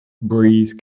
breeze